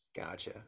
Gotcha